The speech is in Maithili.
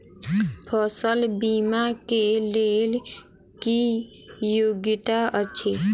फसल बीमा केँ लेल की योग्यता अछि?